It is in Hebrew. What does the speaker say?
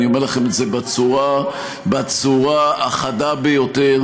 אני אומר לכם את זה בצורה החדה ביותר,